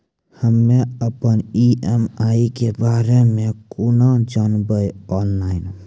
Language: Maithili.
हम्मे अपन ई.एम.आई के बारे मे कूना जानबै, ऑनलाइन?